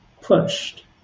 pushed